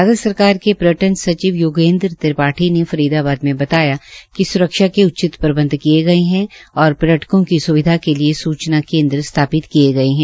भारत सरकार के पर्यटन सचिव योगेन्द्र त्रिपाठी ने बताया कि फरीदाबाद में स्रक्षा के उचित प्रबंध किए गए हैं और पर्यटकों की स्विधा के लिए सूचना केंद्र स्थापित किए गए है